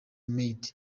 maid